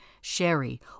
sherry